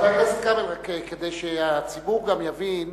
רק כדי שהציבור גם יבין,